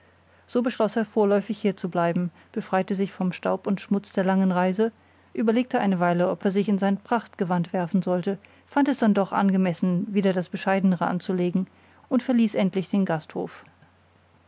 so beschloß er vorläufig hier zu bleiben befreite sich vom staub und schmutz der langen reise überlegte eine weile ob er sich in sein prachtgewand werfen sollte fand es dann doch angemessen wieder das bescheidenere anzulegen und verließ endlich den gasthof